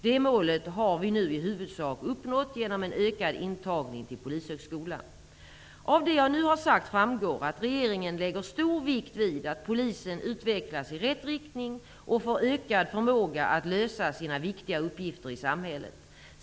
Det målet har vi nu i huvudsak uppnått, genom en ökad intagning till Av det jag nu har sagt framgår att regeringen lägger stor vikt vid att polisen utvecklas i rätt riktning och får ökad förmåga att lösa sina viktiga uppgifter i samhället.